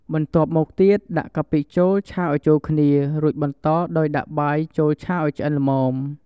បន្ទាប់មកទៀត ដាក់កាពិចូលឆាឱ្យចូលគ្នា រួចបន្តដោយដាក់បាយចូលឆាឱ្យឆ្អិនល្មម។